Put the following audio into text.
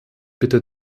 bitte